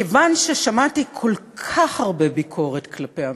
כיוון ששמעתי כל כך הרבה ביקורת כלפי המשטרה,